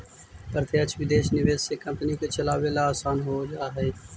प्रत्यक्ष विदेशी निवेश से कंपनी को चलावे ला आसान हो जा हई